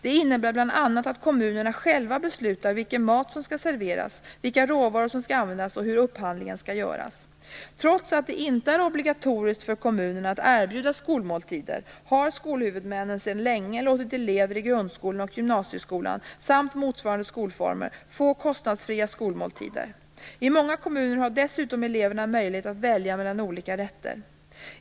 Det innebär bl.a. att kommunerna själva beslutar vilken mat som skall serveras, vilka råvaror som skall användas och hur upphandlingen skall ske. Trots att det inte är obligatoriskt för kommunerna att erbjuda skolmåltider har skolhuvudmännen sedan länge låtit elever i grundskolan och gymnasieskolan samt motsvarande skolformer få kostnadsfria skolmåltider. I många kommuner har dessutom eleverna möjlighet att välja mellan olika rätter.